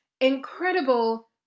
incredible